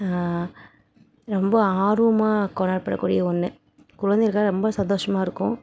ரொம்ப ஆர்வமாக கொண்டாடப்படக்கூடிய ஒன்று குழந்தைகள்லாம் ரொம்ப சந்தோஷமாக இருக்கும்